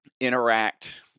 interact